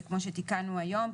זה כמו שתיקנו היום,